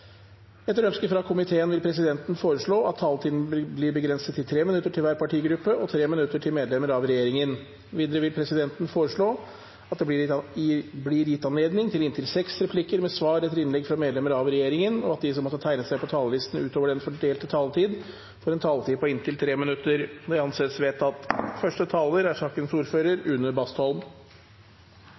Etter ønske fra energi- og miljøkomiteen vil presidenten foreslå at taletiden blir begrenset til 3 minutter til hver partigruppe og 3 minutter til medlemmer av regjeringen. Videre vil presidenten foreslå at det blir gitt anledning til inntil seks replikker med svar etter innlegg fra medlemmer av regjeringen, og at de som måtte tegne seg på talerlisten utover den fordelte taletid, får en taletid på inntil 3 minutter. – Det anses vedtatt. Å spare energi er